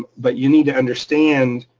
but you need to understand